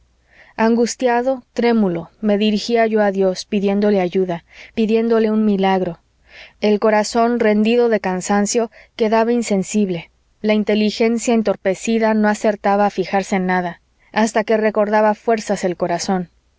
angustiado trémulo me dirigía yo a dios pidiéndole ayuda pidiéndole un milagro el corazón rendido de cansancio quedaba insensible la inteligencia entorpecida no acertaba a fijarse en nada hasta que recobraba fuerzas el corazón